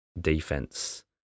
defense